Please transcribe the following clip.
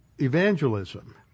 evangelism